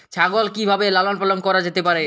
ছাগল কি ভাবে লালন পালন করা যেতে পারে?